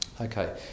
Okay